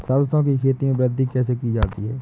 सरसो की खेती में वृद्धि कैसे की जाती है?